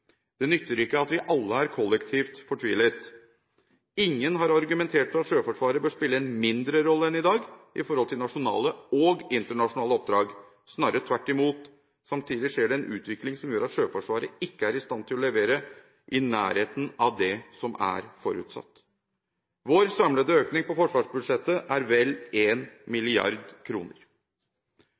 Det nytter ikke at vi alle er kollektivt fortvilet. Ingen har argumentert for at Sjøforsvaret bør spille en mindre rolle enn i dag ved nasjonale og internasjonale oppdrag, snarere tvert imot. Samtidig skjer det en utvikling som gjør at Sjøforsvaret ikke er i stand til å levere noe i nærheten av det som er forutsatt. Vår samlede økning på forsvarsbudsjettet er på vel